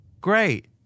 great